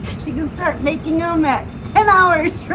she can start making on that ten hours.